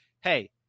hey